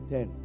Ten